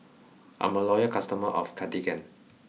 I'm a loyal customer of Cartigain